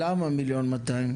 למה 1.2 מיליון?